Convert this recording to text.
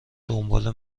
دنبال